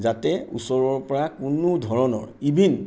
যাতে ওচৰৰ পৰা কোনো ধৰণৰ ইভিন